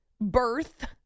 birth